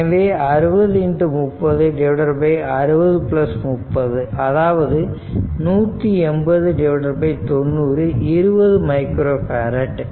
எனவே இது 60 30 60 30 ஆகும் அதாவது 1809020 மைக்ரோ ஃபேரட்